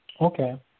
Okay